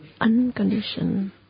unconditioned